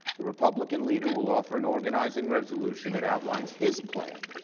the republican leader will offer an organizing resolution that outlines his plan.